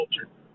culture